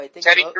Teddy